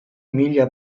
mila